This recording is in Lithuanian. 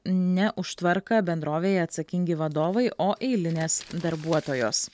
ne už tvarką bendrovėje atsakingi vadovai o eilinės darbuotojos